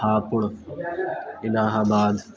ہاپوڑ الہ آباد